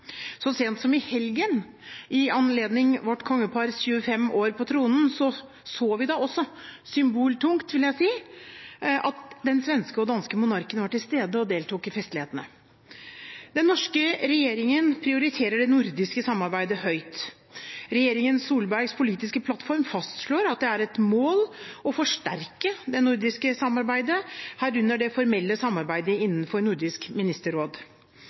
Så sent som i helgen, i anledning vårt kongepars 25 år på tronen, så vi da også – symboltungt, vil jeg si – at den svenske og danske monarken var til stede og deltok i festlighetene. Den norske regjeringen prioriterer det nordiske samarbeidet høyt. Regjeringen Solbergs politiske plattform fastslår at det er et mål å forsterke det nordiske samarbeidet, herunder det formelle samarbeidet innenfor Nordisk ministerråd.